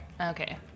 okay